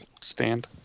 stand